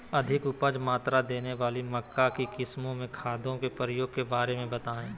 अधिक उपज मात्रा देने वाली मक्का की किस्मों में खादों के प्रयोग के बारे में बताएं?